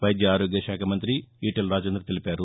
వైద్య ఆరోగ్య శాఖ మంతి ఈటెల రాజేందర్ తెలిపారు